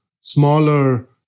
smaller